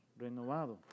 renovado